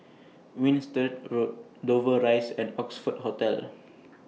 Winstedt Road Dover Rise and Oxford Hotel